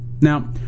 Now